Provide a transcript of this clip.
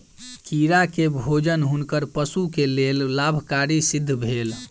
कीड़ा के भोजन हुनकर पशु के लेल लाभकारी सिद्ध भेल